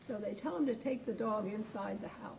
so they tell him to take the dog inside the house